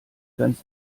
ganz